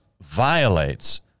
violates